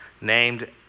named